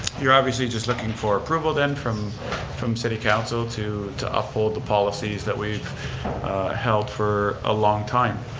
you're obviously just looking for approval then from from city council to to uphold the policies that we've held for a long time.